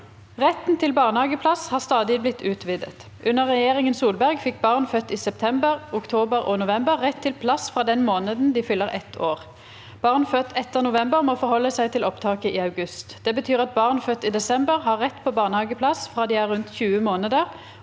«Retten til barnehageplass har stadig blitt utvidet. Under regjeringen Solberg fikk barn født i september, oktober og november rett til plass fra den måneden de fyller ett år. Barn født etter november må forholde seg til opptaket i august. Det betyr at barn født i desember har rett på barnehageplass fra de er rundt 20 måneder,